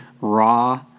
raw